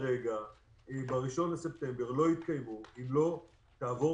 ב-1 בספטמבר הם לא יתקיימו אם לא תעבור